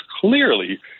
clearly